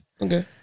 Okay